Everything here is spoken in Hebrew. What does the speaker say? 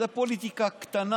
זו פוליטיקה קטנה,